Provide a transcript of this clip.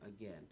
again